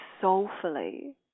soulfully